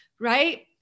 right